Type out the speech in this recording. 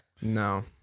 No